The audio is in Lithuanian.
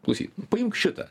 klausyk paimk šitą